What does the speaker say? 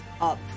up